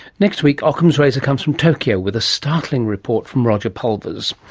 next week ockham's razor comes from tokyo, with a startling report from roger pulvers.